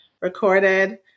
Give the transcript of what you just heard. recorded